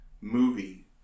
movie